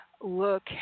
look